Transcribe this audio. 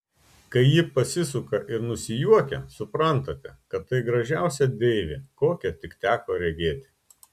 kai ji pasisuka ir nusijuokia suprantate kad tai gražiausia deivė kokią tik teko regėti